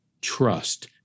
trust